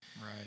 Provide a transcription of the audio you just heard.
Right